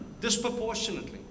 disproportionately